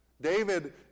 David